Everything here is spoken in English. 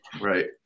right